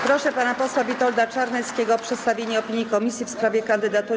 Proszę pana posła Witolda Czarneckiego o przedstawienie opinii komisji w sprawie kandydatury.